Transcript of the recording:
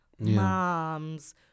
moms